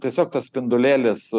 tiesiog tas spindulėlis